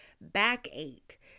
backache